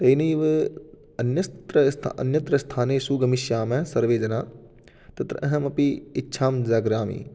तेनैव अन्यस्त्र् अन्यत्र स्थानेषु गमिष्यामः सर्वे जनाः तत्र अहमपि इच्छां जाग्रामि